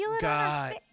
God